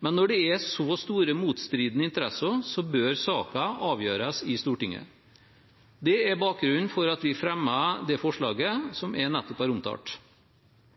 men når det er så store motstridende interesser, bør saken avgjøres i Stortinget. Det er bakgrunnen for at vi fremmer det forslaget jeg nettopp har omtalt. Alternative deponeringsløsninger er